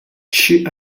she